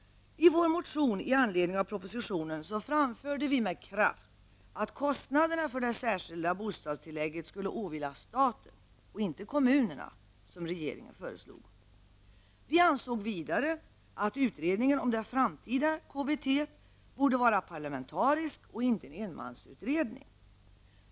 I vår motion i anledning av propositionen framförde vi med kraft att kostnaderna för det särskilda bostadstillägget skulle åvila staten och inte kommunerna, som regeringen föreslog. Vi ansåg vidare att utredningen om det framtida KBT borde vara parlamentarisk och inte en enmansutredning.